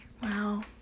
Wow